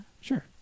Sure